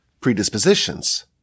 predispositions